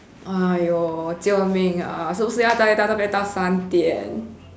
!aiyo! 救命啊是不是要待到这边到三点